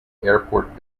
airport